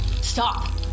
Stop